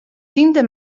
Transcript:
tiende